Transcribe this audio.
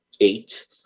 eight